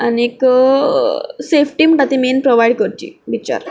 आनी सेफ्टी म्हणटा ती मेन प्रोवायड करची बिचार